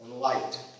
light